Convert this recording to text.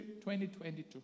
2022